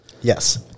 yes